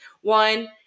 One